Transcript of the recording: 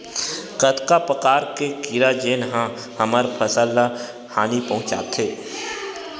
कतका प्रकार के कीड़ा जेन ह हमर फसल ल हानि पहुंचाथे?